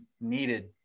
needed